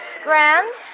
grand